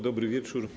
Dobry wieczór.